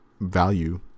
value